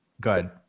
good